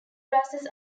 grasses